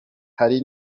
hari